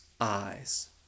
eyes